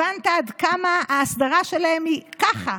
הבנת עד כמה ההסדרה שלהם היא ככה,